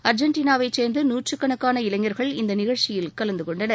அர்ஜென்டினாவைச் சேர்ந்த நூற்றுக்கணக்கான இளைஞர்கள் இந்த நிகழ்ச்சியில் கலந்து கொண்டனர்